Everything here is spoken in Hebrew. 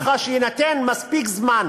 ככה שיינתן מספיק זמן